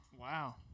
Wow